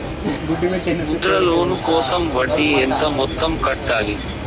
Mudra loan కోసం వడ్డీ ఎంత మొత్తం కట్టాలి